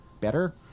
better